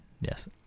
Yes